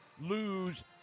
lose